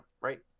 right